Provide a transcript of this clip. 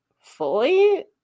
fully